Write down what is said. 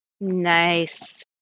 Nice